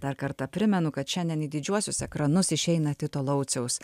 dar kartą primenu kad šiandien į didžiuosius ekranus išeina tito lauciaus